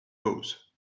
pose